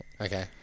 Okay